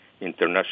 International